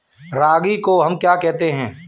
रागी को हम क्या कहते हैं?